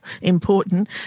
important